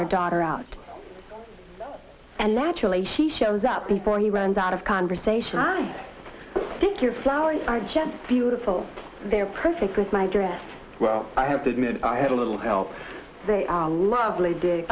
their daughter out and naturally she shows up before he runs out of conversation i think your flowers are just beautiful they're perfect with my dress well i have to admit i had a little help they are lovely d